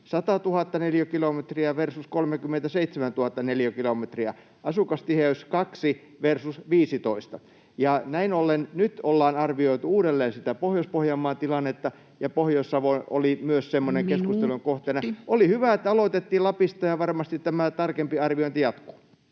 100 000 neliökilometriä versus 37 000 neliökilometriä, asukastiheys 2 versus 15. Näin ollen nyt ollaan arvioitu uudelleen sitä Pohjois-Pohjanmaan tilannetta, ja Pohjois-Savo oli myös semmoisten [Puhemies: Minuutti!] keskustelujen kohteena. Oli hyvä, että aloitettiin Lapista, ja varmasti tämä tarkempi arviointi jatkuu.